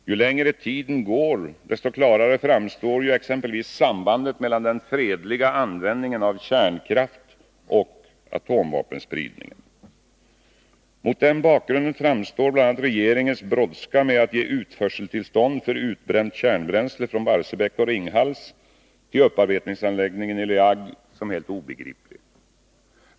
Ju längre tiden går, desto klarare framstår ju exempelvis sambandet mellan den fredliga användningen av kärnkraft och atomvapenspridningen. Mot den bakgrunden framstår bl.a. regeringens brådska med att ge utförseltillstånd för utbränt kärnbränsle från Barsebäck och Ringhals till upparbetningsanläggningen i La Hague som helt obegriplig.